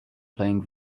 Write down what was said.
playing